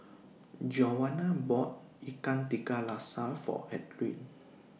Giovanna bought Ikan Tiga Rasa For Adline